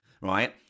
right